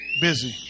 busy